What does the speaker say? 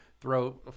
throw